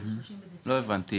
לא הבנתי